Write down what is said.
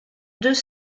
deux